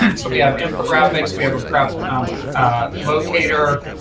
and so we have infographics, we have a prep locator,